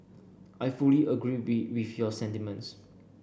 I fully agree with your sentiments